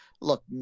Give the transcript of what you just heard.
look